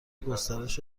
گسترش